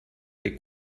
che